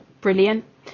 brilliant